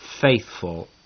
faithful